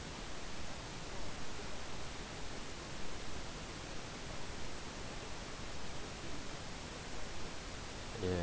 yeah